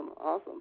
awesome